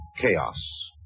chaos